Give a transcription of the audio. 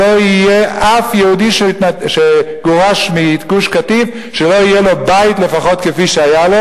שלא יהיה אף יהודי שגורש מגוש-קטיף שלא יהיה לו בית לפחות כפי שהיה לו,